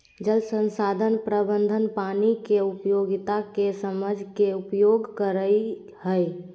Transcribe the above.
जल संसाधन प्रबंधन पानी के उपयोगिता के समझ के उपयोग करई हई